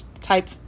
type